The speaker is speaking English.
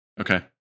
Okay